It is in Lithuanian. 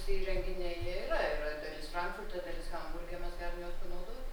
tie įrenginiai jie yra yra dalis frankfurte dalis hamburge mes galim juos panaudoti